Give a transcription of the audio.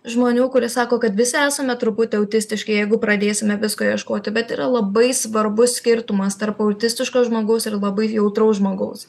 žmonių kurie sako kad visi esame truputį autistiški jeigu pradėsime visko ieškoti bet yra labai svarbus skirtumas tarp autistiško žmogaus ir labai jautraus žmogaus